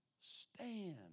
stand